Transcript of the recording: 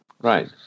Right